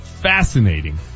fascinating